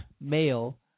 male